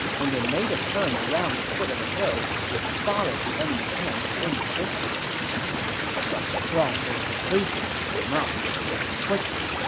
when they made the turn around the foot of a hill, they spotted the enemy camps in the distance such strong fortifications cannot be taken quickly,